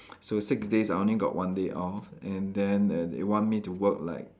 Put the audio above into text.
so six days I only got one day off and then they they want me to work like